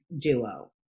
duo